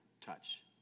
touch